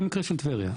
במקרה של טבריה,